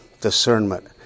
Discernment